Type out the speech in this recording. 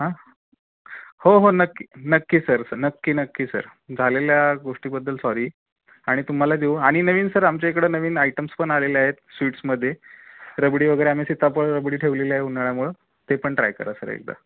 हां हो हो नक्की नक्की सर सर नक्की नक्की सर झालेल्या गोष्टीबद्दल सॉरी आणि तुम्हाला देऊ आणि नवीन सर आमच्या इकडं नवीन आयटम्स पण आलेले आहेत स्वीट्समध्ये रबडी वगैरे आम्ही सीताफळ रबडी ठेवलेली आहे उन्हाळ्यामुळं ते पण ट्राय करा सर एकदा